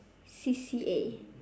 C_C_A